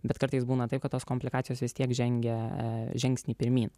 bet kartais būna taip kad tos komplikacijos vis tiek žengia žingsnį pirmyn